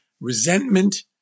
resentment